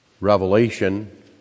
revelation